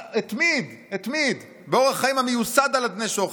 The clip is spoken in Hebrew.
התמיד באורח חיים המיוסד על אדני שוחד.